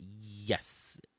Yes